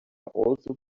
also